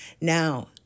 Now